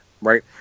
right